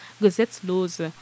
gesetzlose